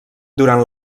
durant